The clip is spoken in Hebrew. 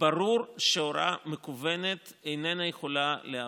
ברור שהוראה מקוונת איננה יכולה להיות